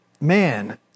man